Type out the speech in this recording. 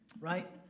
right